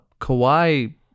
Kawhi